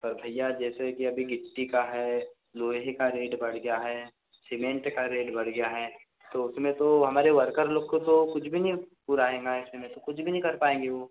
पर भईया जैसे की अभी गिट्टी का है लोहे का रेट बढ़ गया है सीमेंट का रेट बढ़ गया है तो उसमें तो हमारे वर्कर लोग को तो कुछ भी नहीं पूरा आएगा ऐसे में तो कुछ भी नहीं कर पाएंगे वो